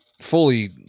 fully